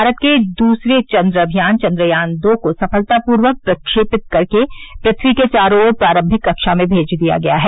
भारत के दूसरे चंद्र अभियान चंद्रयान दो को सफलतापूर्वक प्रक्षेपित कर के पृथ्वी के चारों ओर प्रारंभिक कक्षा में भेज दिया गया है